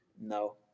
No